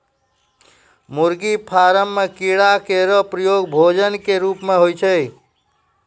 मुर्गी फार्म म कीड़ा केरो प्रयोग भोजन क रूप म होय छै